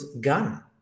gun